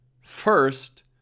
First